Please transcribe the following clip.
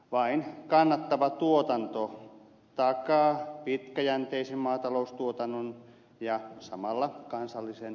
vain kannattava tuotanto takaa pitkäjänteisen maataloustuotannon ja samalla kansallisen